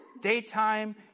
Daytime